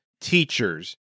teachers